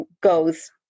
goes